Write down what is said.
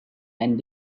and